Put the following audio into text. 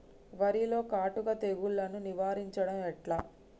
వరిలో కాటుక తెగుళ్లను నివారించడం ఎట్లా?